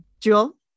Jewel